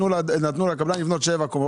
נתנו לקבלן לבנות שבע קומות,